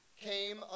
came